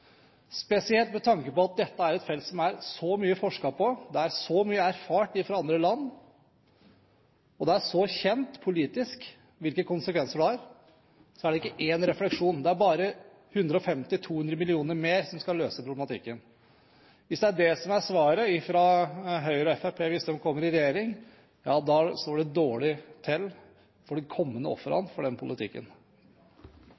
spesielt med tanke på at dette er et felt som det er så mye forsket på, det er så mye erfaringer fra andre land, og det er så kjent politisk hvilke konsekvenser det har. Og så er det ikke én refleksjon – det er bare 150–200 mill. kr mer som skal løse problematikken. Hvis det er det som er svaret fra Høyre og Fremskrittspartiet hvis de kommer i regjering, ja da står det dårlig til med de kommende